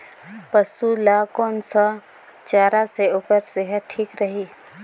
पशु ला कोन स चारा से ओकर सेहत ठीक रही?